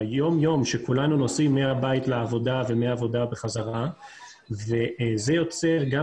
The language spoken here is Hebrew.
היום יום שכולנו נוסעים מהבית לעבודה ומהעבודה בחזרה וזה יוצר גם